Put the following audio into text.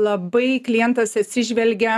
labai klientas atsižvelgia